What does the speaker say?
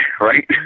right